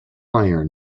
iron